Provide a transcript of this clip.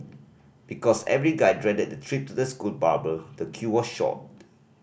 because every guy dreaded the trip to the school barber the queue was short